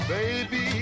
Baby